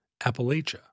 Appalachia